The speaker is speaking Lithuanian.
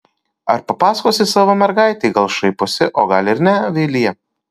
ar papasakosi savo mergaitei gal šaiposi o gal ir ne vilija